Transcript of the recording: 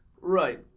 Right